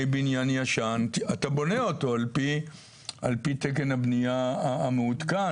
בניין ישן אתה בונה אותו על פי תקן הבנייה המעודכן,